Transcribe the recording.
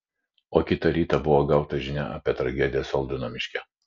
o kitą rytą buvo gauta žinia apie tragediją soldino miške